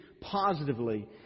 positively